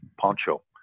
poncho